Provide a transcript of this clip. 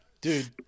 dude